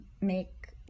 make